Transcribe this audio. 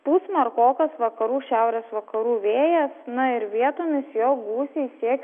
pūs smarkokas vakarų šiaurės vakarų vėjas na ir vietomis jo gūsiai sieks